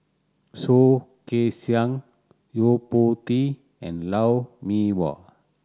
Soh Kay Siang Yo Po Tee and Lou Mee Wah